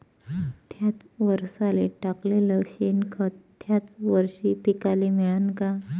थ्याच वरसाले टाकलेलं शेनखत थ्याच वरशी पिकाले मिळन का?